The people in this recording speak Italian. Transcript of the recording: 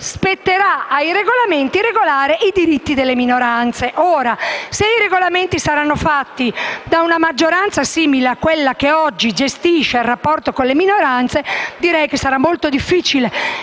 spetterà ai Regolamenti regolare i diritti delle minoranze: se i Regolamenti saranno fatti da una maggioranza simile a quella che oggi gestisce il rapporto con le minoranze, direi che sarà molto difficile